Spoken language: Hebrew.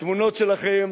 התמונות שלכם